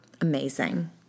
amazing